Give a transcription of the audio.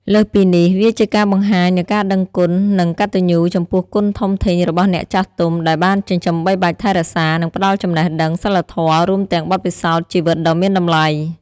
លើសពីនេះ វាជាការបង្ហាញនូវការដឹងគុណ និងកតញ្ញូចំពោះគុណធំធេងរបស់អ្នកចាស់ទុំ ដែលបានចិញ្ចឹមបីបាច់ថែរក្សា និងផ្ដល់ចំណេះដឹង សីលធម៌ រួមទាំងបទពិសោធន៍ជីវិតដ៏មានតម្លៃ។